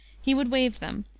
he would waive them,